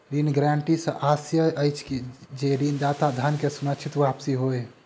ऋण गारंटी सॅ आशय अछि जे ऋणदाताक धन के सुनिश्चित वापसी होय